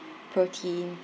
protein